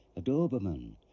a doberman.